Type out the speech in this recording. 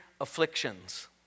afflictions